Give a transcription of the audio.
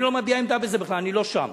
אני לא מביע עמדה בזה בכלל, אני לא שם,